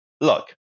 Look